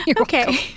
Okay